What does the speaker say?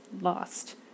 lost